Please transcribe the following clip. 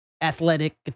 athletic